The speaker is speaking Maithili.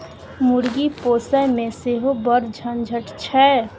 मुर्गी पोसयमे सेहो बड़ झंझट छै